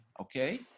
okay